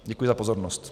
Děkuji za pozornost.